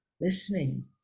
listening